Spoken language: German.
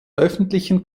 öffentlichen